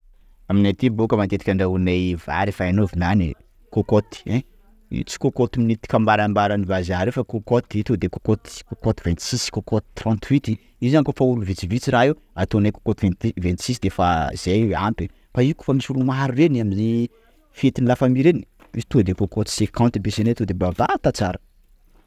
Aminay aty bôka matetika andrahoanay vary efa hainao vilany; kôkôty ein! Iio tsy kokoty minute kambarambaran'ny vazaha reo fa kôkôty io to de kôkôty, kôkôty vingt six kokoty trent huit; io zany kôfa olo vitsivitsy raha io ataonay kôkôty vingt deux; vingt six defa zay io ampy, fa io kôfa misy olo maro reny amin'ny fetin'ny la famille reny misy tonga de kôkôty cinquante ampiasanay to de bavata tsara.